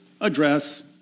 address